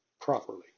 properly